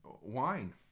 wine